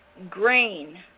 Grain